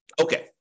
Okay